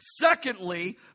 Secondly